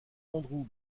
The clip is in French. andrew